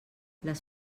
les